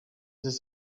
ist